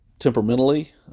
temperamentally